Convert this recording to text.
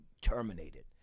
terminated